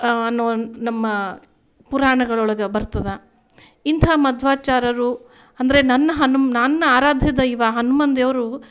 ಅನ್ನುವ ನಮ್ಮ ಪುರಾಣಗಳೊಳಗೆ ಬರ್ತದೆ ಇಂಥ ಮಧ್ವಾಚಾರ್ಯರು ಅಂದ್ರೆ ನನ್ನ ಹನುಮ ನನ್ನ ಆರಾಧ್ಯದೈವ ಹನ್ಮಾನ್ ದೇವರು